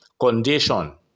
condition